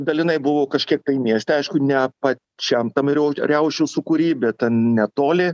dalinai buvo kažkiek tai mieste aišku ne pačiam tam riau riaušių sūkury bet ten netoli